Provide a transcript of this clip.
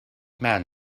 man